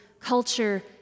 culture